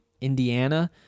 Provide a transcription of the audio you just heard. Indiana